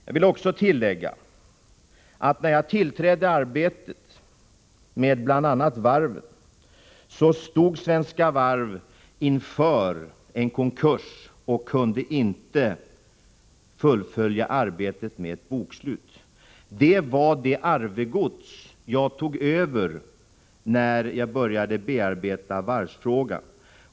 Jag vill också tillägga att när jag tillträdde arbetet med bl.a. varvsfrågor stod Svenska Varv inför en konkurs och kunde inte fullfölja arbetet med bokslut. Det var det arvegods som jag tog över.